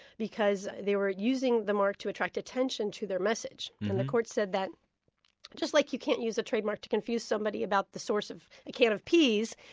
because they were using the mark to attract attention to their message. and the court said that just like you can't use a trademark to confuse somebody about the source of a can of peas,